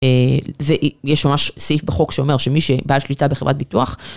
ויש ממש סעיף בחוק שאומר שמי שבעל שליטה בחברת ביטוח.